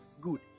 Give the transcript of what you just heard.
Good